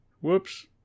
Whoops